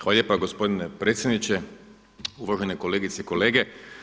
Hvala lijepa gospodine predsjedniče, uvažene kolegice i kolege.